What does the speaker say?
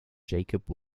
jacob